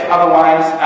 Otherwise